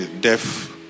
deaf